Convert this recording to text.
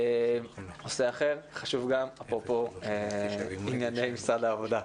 נושא אחר חשוב גם, אפרופו ענייני משרד העבודה.